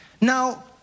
Now